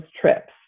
trips